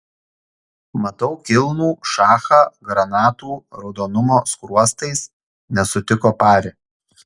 matau kilnų šachą granatų raudonumo skruostais nesutiko pari